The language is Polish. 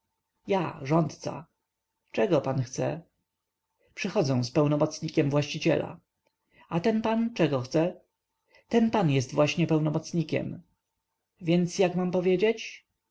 ja rządca czego pan chce przychodzę z pełnomocnikiem właściciela a ten pan czego chce ten pan jest właśnie pełnomocnikiem więc jak mam powiedzieć